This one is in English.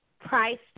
priced